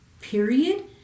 period